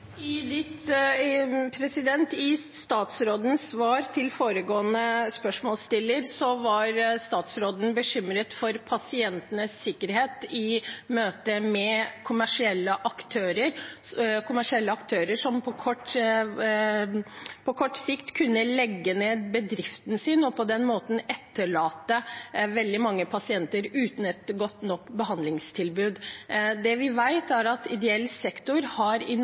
I statsrådens svar til foregående spørsmålsstiller var statsråden bekymret for pasientenes sikkerhet i møte med kommersielle aktører som på kort sikt kunne legge ned bedriften sin og på den måten etterlate veldig mange pasienter uten et godt nok behandlingstilbud. Det vi vet, er at ideell sektor i Norge har